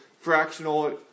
fractional